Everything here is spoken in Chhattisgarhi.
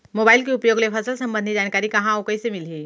मोबाइल के उपयोग ले फसल सम्बन्धी जानकारी कहाँ अऊ कइसे मिलही?